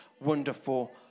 wonderful